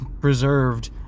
preserved